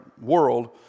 world